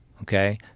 Okay